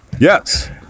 yes